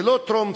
זה לא טרום-צבאי.